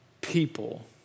people